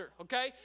okay